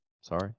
Sorry